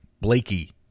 Blakey